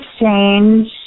Exchange